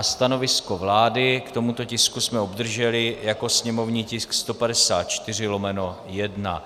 Stanovisko vlády k tomuto tisku jsme obdrželi jako sněmovní tisk 154/1.